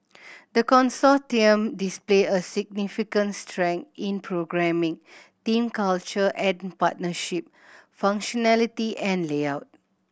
the Consortium displayed a significant strengths in programming team culture and partnership functionality and layout